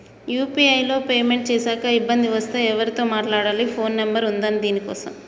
UPI లో payment చేశాక ఇబ్బంది వస్తే ఎవరితో మాట్లాడాలి? ఫోన్ నంబర్ ఉందా దీనికోసం?